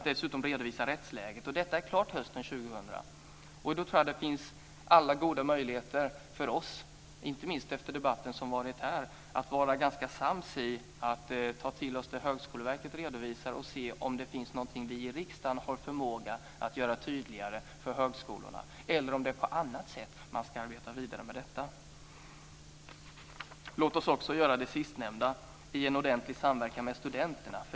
Dessutom ska rättsläget redovisas. Detta är klart hösten 2000. Då tror jag att det finns alla goda möjligheter för oss - inte minst efter debatten som har förts här - att vara ganska sams om detta. Då kan vi ta till oss det som Högskoleverket redovisar och se om det finns någonting som vi i riksdagen har förmåga att göra tydligare för högskolorna, eller om det är på annat sätt som man ska arbeta vidare med detta. Låt oss också göra det sistnämnda i en ordentlig samverkan med studenterna.